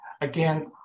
again